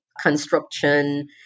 construction